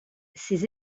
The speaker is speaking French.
ces